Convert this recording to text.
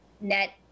net